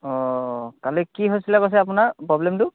অঁ কালি কি হৈছিলে কৈছে আপোনাৰ প্ৰব্লেমটো